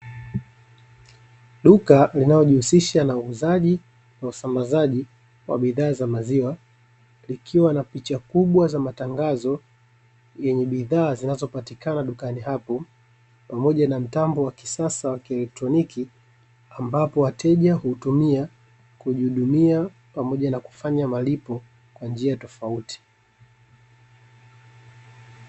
Duka linalojihusisha na uuzaji na usambazaji wa bidhaa za maziwa likiwa na picha kubwa za matangazo yenye bidhaa zinazopatikana dukani hapo pamoja na mtambo wa kisasa wa kielektroniki ambapo wateja huutumia kujihudumia pamoja na kufanya malipo kwa njia tofauti.